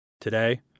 Today